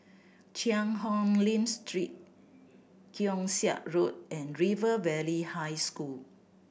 Cheang Hong Lim Street Keong Saik Road and River Valley High School